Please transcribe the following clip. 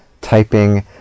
typing